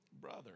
Brother